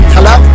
Hello